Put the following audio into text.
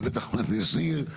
ובטח מהנדס עיר,